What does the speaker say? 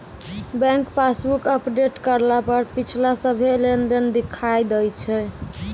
bank passbook update करला पर पिछला सभ्भे लेनदेन दिखा दैय छै